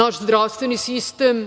naš zdravstveni sistem.